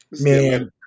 man